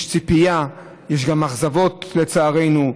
יש ציפייה, יש גם אכזבות, לצערנו.